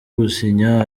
gusinya